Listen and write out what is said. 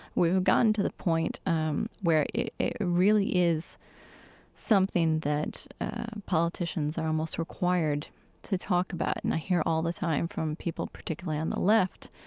we have gotten to the point um where it it really is something that politicians are almost required to talk about. and i hear all the time from people, particularly on the left,